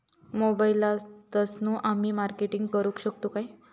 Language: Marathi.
मोबाईलातसून आमी मार्केटिंग करूक शकतू काय?